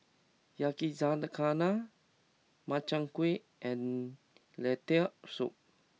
Yakizakana Makchang Gui and Lentil Soup